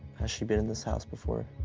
has she been in this house before?